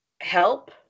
help